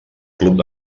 club